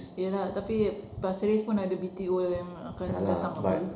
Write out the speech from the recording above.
ya lah tapi pasir ris pun ada B_T_O yang akan datang apa